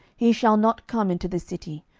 he shall not come into this city,